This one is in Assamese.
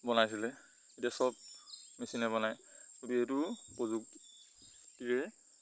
বনাইছিলে এতিয়া সব মেচিনে বনায় গতিকে এইটো প্ৰযুক্তিৰে